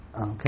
Okay